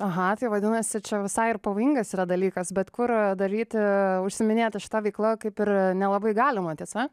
aha tai vadinasi čia visai ir pavojingas yra dalykas bet kur daryti užsiiminėti šita veikla kaip ir nelabai galima tiesa